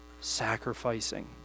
sacrificing